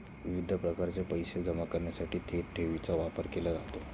विविध प्रकारचे पैसे जमा करण्यासाठी थेट ठेवीचा वापर केला जातो